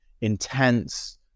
intense